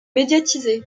médiatisée